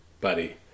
buddy